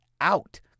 out